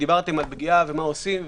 דיברתם על פגיעה ועל מה שעושים,